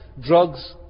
drugs